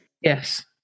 Yes